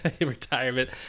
retirement